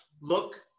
Look